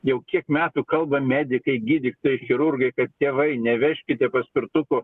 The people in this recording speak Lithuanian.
jau kiek metų kalba medikai gydytojai chirurgai kad tėvai nevežkite paspirtuku